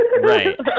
right